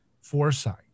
foresight